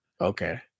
Okay